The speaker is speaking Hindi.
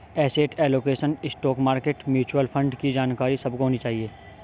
asset allocation, stock market, mutual fund की जानकारी सबको होनी चाहिए